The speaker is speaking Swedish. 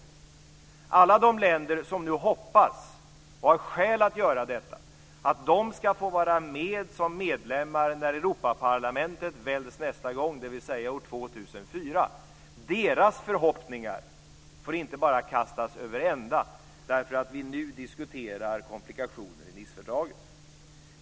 Förhoppningarna hos alla de länder som nu hoppas, och har skäl att göra det, att de ska få vara med som medlemmar när Europaparlamentet väljs nästa gång, dvs. år 2004, får inte bara kastas över ända därför att vi nu diskuterar komplikationer i Nicefördraget.